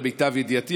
למיטב ידיעתי,